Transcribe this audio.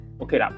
Okay